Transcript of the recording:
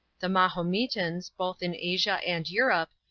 the mahometans, both in asia and europe,